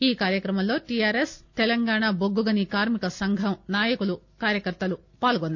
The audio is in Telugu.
ఈ కార్యక్రమంలో టీఆర్ఎస్ తెలంగాణ బొగ్గుగని కార్మిక సంఘం నాయకులు కార్యకర్తలు పాల్గొన్నారు